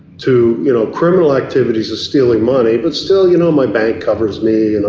to you know criminal activities of stealing money, but still, you know, my bank covers me, and